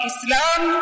Islam